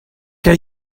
què